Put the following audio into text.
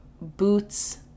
boots